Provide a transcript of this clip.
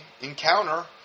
encounter